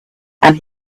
and